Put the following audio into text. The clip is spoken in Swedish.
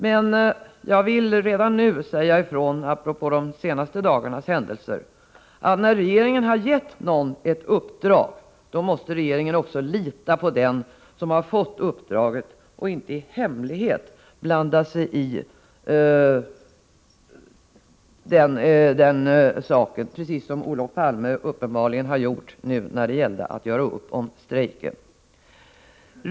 Men jag vill redan nu säga, med tanke på de senaste dagarnas händelser, att när regeringen har gett någon ett uppdrag anser jag att regeringen måste lita på den som har fått uppdraget och inte i hemlighet blanda sig i handläggningen. Olof Palme har ju uppenbarligen gjort det i samband med strejken.